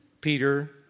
Peter